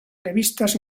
revistas